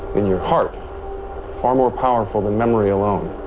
your heart far more powerful than memory alone.